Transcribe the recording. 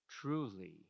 truly